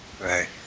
Right